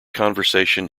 conversation